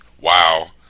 Wow